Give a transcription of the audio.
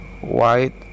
white